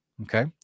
Okay